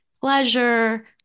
pleasure